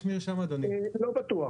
לא בטוח.